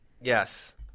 Yes